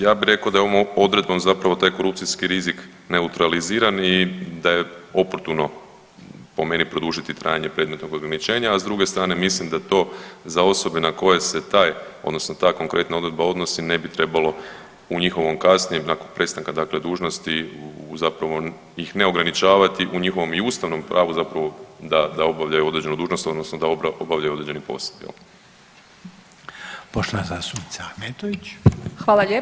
Ja bi rekao da je ovom Odredbom zapravo taj korupcijski rizik neutraliziran i da je oportuno po meni produžiti trajanje predmetnog ograničenja, a s druge strane mislim da to za osobe na koje se taj, odnosno ta konkretna Odredba odnosi ne bi trebalo u njihovom kasnijem nakon prestanka dakle dužnosti zapravo ih ne ograničavati i u njihovom Ustavnom pravu zapravo da obavljaju određenu dužnost, odnosno da obavljaju određeni posao jel.